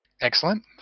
Excellent